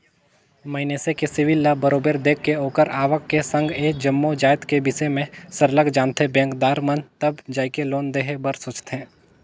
मइनसे के सिविल ल बरोबर देख के ओखर आवक के संघ ए जम्मो जाएत के बिसे में सरलग जानथें बेंकदार मन तब जाएके लोन देहे बर सोंचथे